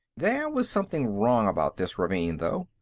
there was something wrong about this ravine, though.